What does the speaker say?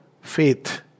faith